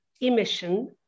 emission